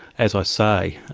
as i say,